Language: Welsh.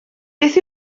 beth